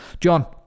John